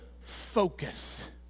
focus